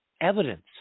evidence